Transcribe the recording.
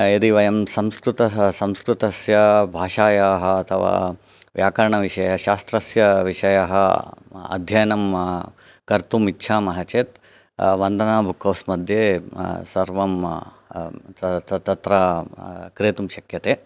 यदि वयं संस्कृतः संस्कृतस्य भाषायाः अथवा व्याकरणविषयः शास्त्रस्य विषयः अध्ययनं कर्तुम् इच्छामः चेत् वन्दना बुक् हौस् मध्ये सर्वं तत्र क्रेतुं शक्यते